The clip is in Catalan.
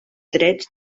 drets